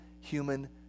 human